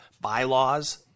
bylaws